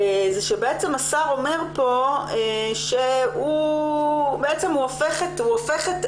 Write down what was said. זה שבעצם השר אומר פה, הוא בעצם הופך את